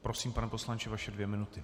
Prosím, pane poslanče, vaše dvě minuty.